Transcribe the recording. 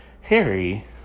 Harry